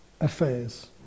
affairs